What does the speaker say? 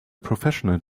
professional